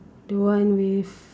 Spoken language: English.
the one with